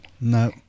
No